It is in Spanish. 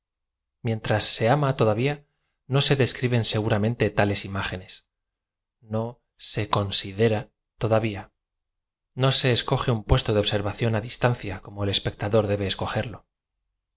mientras se am a todavia no se describen aegaramea te tales imágenes no se considera todavía no se es coge un puesto de obserracidn á distancia como el espectador debe escogerlo